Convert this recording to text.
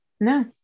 No